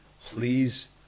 please